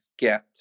get